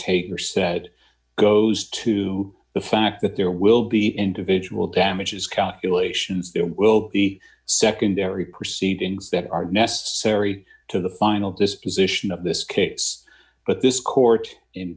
tabor said goes to the fact that there will be individual damages calculations there will be secondary proceedings that are necessary to the final disposition of this case but this court in